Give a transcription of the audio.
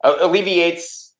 alleviates